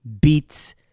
beats